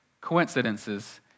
coincidences